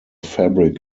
fabric